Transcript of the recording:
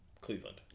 Cleveland